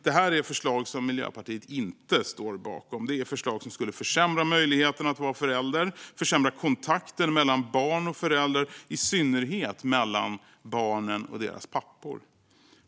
Det här är förslag som Miljöpartiet inte står bakom. Det är förslag som skulle försämra möjligheten att vara förälder och försämra kontakten mellan barn och föräldrar, i synnerhet mellan barnen och deras pappor.